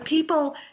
people